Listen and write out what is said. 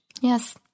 Yes